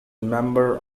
member